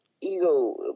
ego